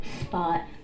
spot